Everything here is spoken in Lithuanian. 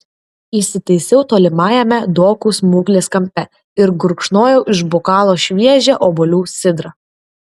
įsitaisiau tolimajame dokų smuklės kampe ir gurkšnojau iš bokalo šviežią obuolių sidrą